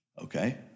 Okay